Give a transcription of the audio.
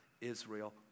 Israel